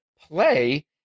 play